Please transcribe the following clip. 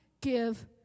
give